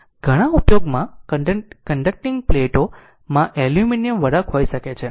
ઘણા ઉપયોગમાં કન્ડકટીંગ પ્લેટો માં એલ્યુમિનિયમ વરખ હોઇ શકે છે